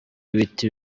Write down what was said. ibiti